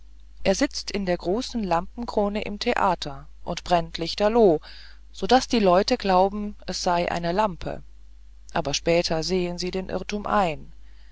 er sitzt in der großen lampenkrone im theater und brennt lichterloh sodaß die leute glauben es sei eine lampe aber später sehen sie den irrtum ein